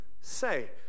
say